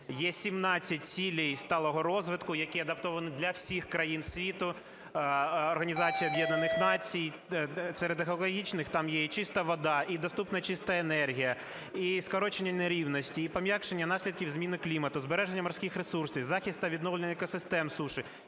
Є 17 цілей сталого розвитку, які адаптовані для всіх країн світу Організації Об'єднаних Націй. Серед екологічних там є і чиста вода, і доступна чиста енергія, і скорочення нерівності, і пом'якшення наслідків зміни клімату, збереження морських ресурсів, захист та відновлення екосистем суші,